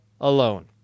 alone